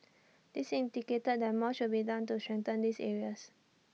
this indicated that more should be done to strengthen these areas